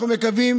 אנחנו מקווים